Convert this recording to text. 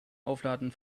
aufladen